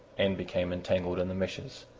and became entangled in the meshes.